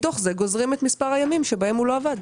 מתוך זה גוזרים את מספר הימים שבהם הוא לא עבד.